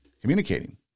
communicating